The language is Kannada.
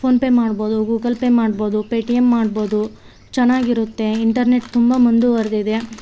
ಫೋನ್ ಪೇ ಮಾಡ್ಬೋದು ಗೂಗಲ್ ಪೇ ಮಾಡ್ಬೋದು ಪೇಟಿಎಂ ಮಾಡ್ಬೋದು ಚೆನ್ನಾಗಿರುತ್ತೆ ಇಂಟರ್ನೆಟ್ ತುಂಬ ಮುಂದುವರೆದಿದೆ